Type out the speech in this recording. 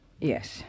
Yes